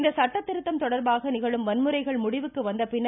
இந்த சட்டதிருத்தம் தொடர்பாக நிகழும் வன்முறைகள் முடிவுக்கு வந்தபின்னர்